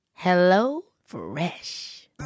HelloFresh